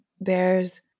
bears